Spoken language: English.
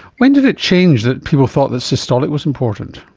when did it change that people thought that systolic was important?